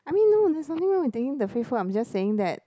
I mean no there's nothing wrong with taking the free food I'm just saying that